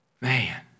Man